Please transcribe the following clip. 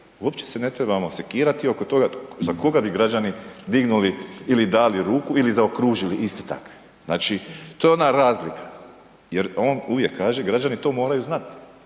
Uopće se ne trebamo sikirati oko toga za koga bi građani dignuli ili dali ruku ili zaokružili iste takve. Znači to je ona razlika jer on uvijek kaže, građani to moraju znati.